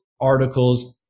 articles